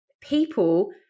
people